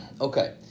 okay